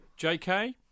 JK